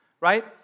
right